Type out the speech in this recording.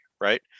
Right